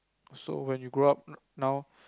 so when you grow up now